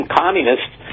communists